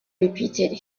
repeated